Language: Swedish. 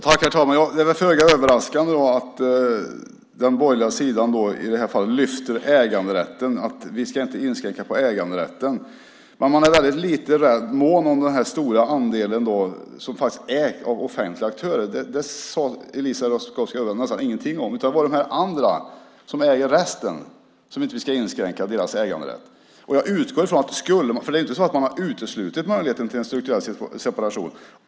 Herr talman! Det är föga överraskande att den borgerliga sidan i det här fallet lyfter upp äganderätten, att vi inte ska inskränka äganderätten. Men man är väldigt lite mån om den stora andel som ägs av offentliga aktörer. Det sade Eliza Roszkowska Öberg nästan ingenting om. Det var äganderätten för de andra, som äger resten, som vi inte ska inskränka. Man har inte uteslutit möjligheten till en strukturell separation.